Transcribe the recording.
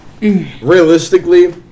realistically